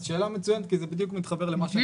אז שאלה מצוינת כי זה בדיוק מתחבר למה --- לי